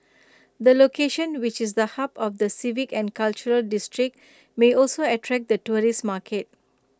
the location which is the hub of the civic and cultural district may also attract the tourist market